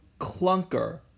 clunker